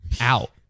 out